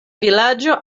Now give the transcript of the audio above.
vilaĝo